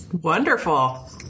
Wonderful